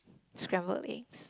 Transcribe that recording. scrambled eggs